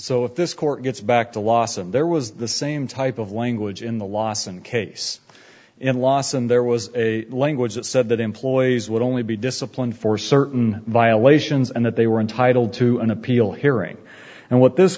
so if this court gets back to loss and there was the same type of language in the loss and case and loss and there was a language that said that employees would only be disciplined for certain violations and that they were entitled to an appeal hearing and what this